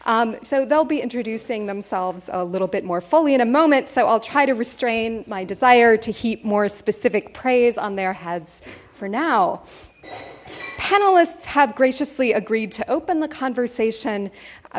so they'll be introducing themselves a little bit more fully in a moment so i'll try to restrain my desire to heap more specific praise on their heads for now panelists have graciously agreed to open the conversation